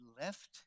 left